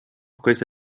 questa